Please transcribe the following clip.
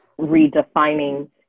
redefining